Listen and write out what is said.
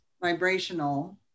vibrational